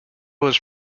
was